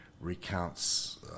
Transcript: recounts